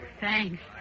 Thanks